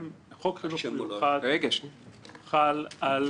חוק חינוך מיוחד חל על